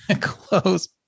Close